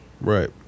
Right